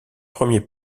premiers